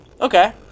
Okay